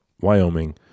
Wyoming